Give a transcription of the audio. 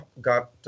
got